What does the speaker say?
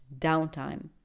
downtime